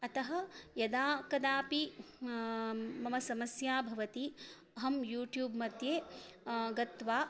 अतः यदा कदापि मम समस्या भवति अहं यूट्यूब् मध्ये गत्वा